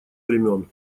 времён